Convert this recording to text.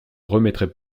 remettrai